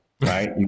Right